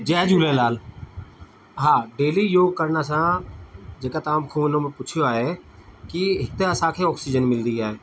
जय झूलेलाल हा डेली योग करण सां जेका तव्हां मूंखो हुन मां पुछियो आहे की हिकु असांखे ऑक्सीजन मिलंदी आहे